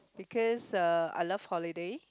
because uh I love holiday